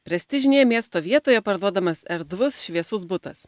prestižinėje miesto vietoje parduodamas erdvus šviesus butas